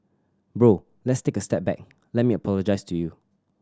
Bro let's take a step back let me apologise to you